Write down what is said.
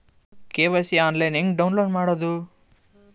KYC online ಹೆಂಗ್ download ಮಾಡೋದು?